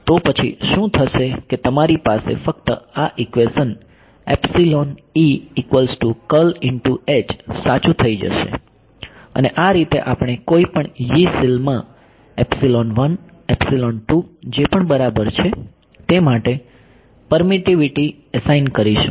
તો પછી શું થશે કે તમારી પાસે ફક્ત આ ઈક્વેશન સાચું થઈ જશે અને આ રીતે આપણે કોઈપણ Yee સેલમાં જે પણ બરાબર છે તે માટે પરમિટિવિટી એસાઇન કરીશું